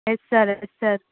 yes sir yes sir